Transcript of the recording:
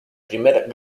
primer